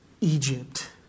Egypt